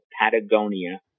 Patagonia